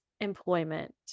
employment